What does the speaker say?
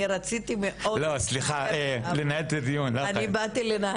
אני רציתי מאוד ואני באתי לנהל את הדיון.